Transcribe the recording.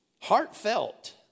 Heartfelt